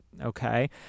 Okay